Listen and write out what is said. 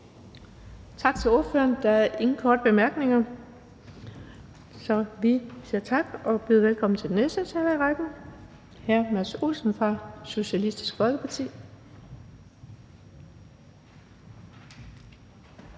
Tak til ordføreren. Der er ingen korte bemærkninger. Så vi siger tak og byder velkommen til den næste taler i rækken, og det er hr. Mads Olsen fra Socialistisk Folkeparti.